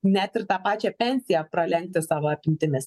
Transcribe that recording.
net ir tą pačią pensiją pralenkti savo apimtimis